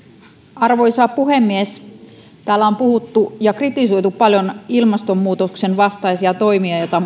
arvoisa puhemies täällä on kritisoitu paljon ilmastonmuutoksen vastaisia toimia joita